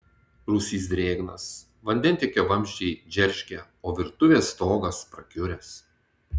rūsys drėgnas vandentiekio vamzdžiai džeržgia o virtuvės stogas prakiuręs